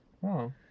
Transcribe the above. Wow